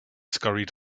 scurried